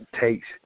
takes